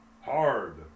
hard